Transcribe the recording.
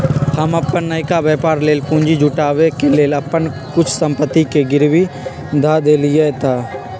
हम अप्पन नयका व्यापर लेल पूंजी जुटाबे के लेल अप्पन कुछ संपत्ति के गिरवी ध देलियइ ह